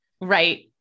Right